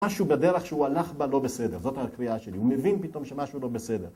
משהו בדרך שהוא הלך בה לא בסדר. זאת הקריאה שלי. הוא מבין פתאום שמשהו לא בסדר.